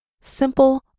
simple